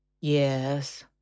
Yes